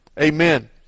amen